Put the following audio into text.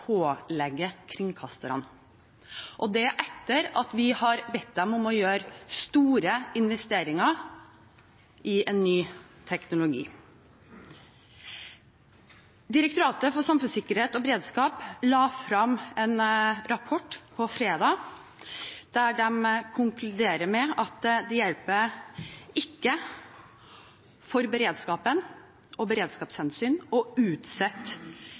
pålegge kringkasterne, og det etter at vi har bedt dem om å gjøre store investeringer i en ny teknologi. Direktoratet for samfunnssikkerhet og beredskap la frem en rapport på fredag der de konkluderer med at det hjelper ikke for beredskapen eller av beredskapshensyn